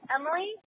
Emily